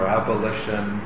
abolition